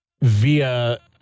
via